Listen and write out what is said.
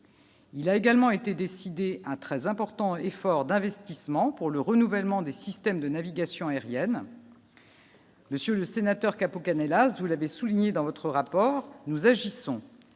Il a également été décidé un très important effort d'investissement pour le renouvellement des systèmes de navigation aérienne. Monsieur le sénateur Capo Canellas, vous l'avez souligné dans votre rapport, nous agissons